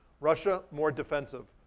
russia, more defensive.